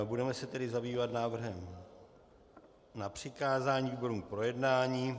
Budeme se tedy zabývat návrhem na přikázání výborům k projednání.